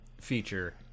feature